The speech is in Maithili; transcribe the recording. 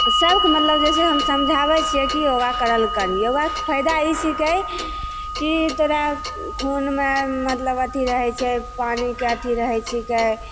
सभके मतलब जे छै हम समझाबै छिए कि योगा करल करही योगा फायदा ई छिकै कि तोरा खूनमे मतलब अथी रहै छै पानीके अथी रहै छिकै